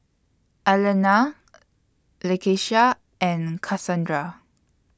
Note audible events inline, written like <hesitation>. Alannah <hesitation> Lakeisha and Kasandra